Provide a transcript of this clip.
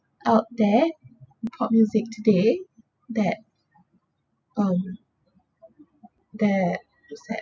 out there pop music today that um their too sad